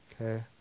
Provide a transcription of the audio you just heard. Okay